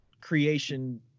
creation